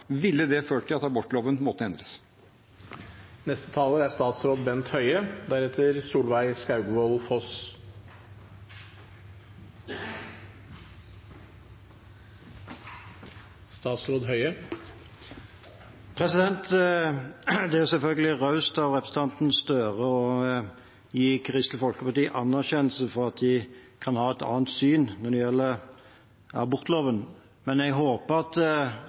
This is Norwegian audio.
ville det ført til at abortloven måtte endres? Det er selvfølgelig raust av representanten Gahr Støre å gi Kristelig Folkeparti anerkjennelse for at de kan ha et annet syn når det gjelder abortloven. Men jeg håper at